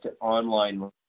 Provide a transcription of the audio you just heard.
online